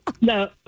No